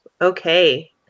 okay